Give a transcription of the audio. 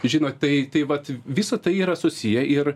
žinot tai tai vat visa tai yra susiję ir